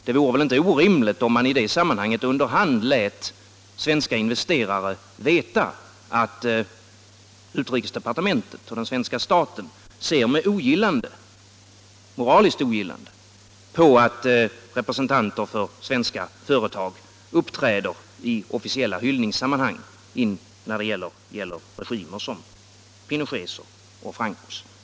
Det vore väl inte orimligt om man i det sammanhanget under hand lät svenska investerare veta att utrikesdepartementet och den svenska staten ser med moraliskt ogillande på att representanter för svenska företag uppträder i officiella hyllningssammanhang när det gäller regimer som Pinochets och Francos.